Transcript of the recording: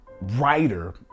writer